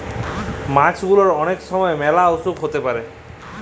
মাছ গুলার অলেক ছময় ম্যালা অসুখ হ্যইতে পারে